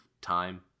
time